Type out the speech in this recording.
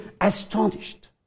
astonished